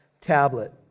tablet